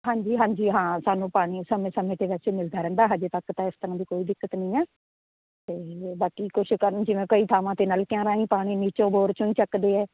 ਹਾਂਜੀ ਹਾਂਜੀ ਹਾਂ ਸਾਨੂੰ ਪਾਣੀ ਸਮੇਂ ਸਮੇਂ ਦੇ ਵਿੱਚ ਮਿਲਦਾ ਰਹਿੰਦਾ ਹਜੇ ਤੱਕ ਤਾਂ ਇਸ ਤਰ੍ਹਾਂ ਦੀ ਕੋਈ ਦਿੱਕਤ ਨਹੀਂ ਹੈ ਅਤੇ ਬਾਕੀ ਕੁਛ ਕਰਨ ਜਿਵੇਂ ਕਈ ਥਾਵਾਂ 'ਤੇ ਨਲਕਿਆਂ ਰਾਹੀਂ ਪਾਣੀ ਨੀਚੋਂ ਬੋਰ 'ਚੋਂ ਹੀ ਚੱਕਦੇ ਹੈ